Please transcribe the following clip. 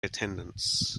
attendance